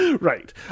Right